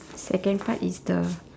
second part is the